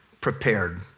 Prepared